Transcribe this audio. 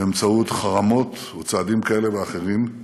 באמצעות חרמות או צעדים כאלה ואחרים,